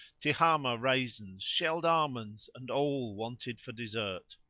tihamah raisins, shelled almonds and all wanted for dessert,